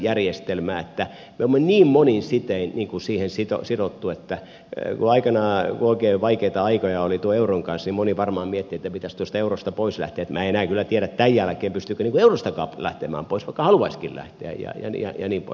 me olemme niin monin sitein siihen sidottu että kun aikoinaan oikein vaikeita aikoja oli tuon euron kanssa moni varmaan mietti että pitäisi tuosta eurosta pois lähteä mutta minä en kyllä enää tiedä tämän jälkeen pystyykö eurostakaan lähtemään pois vaikka haluaisikin lähteä ja niin poispäin